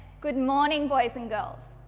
good morning boys and girls.